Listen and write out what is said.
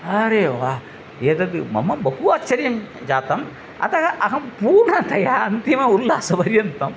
आरेव्वा एतद् मम बहु आश्चर्यं जातम् अतः अहं पूर्णतया अन्तिमम् उल्लासपर्यन्तम्